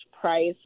price